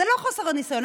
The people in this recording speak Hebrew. זה לא חוסר ניסיון.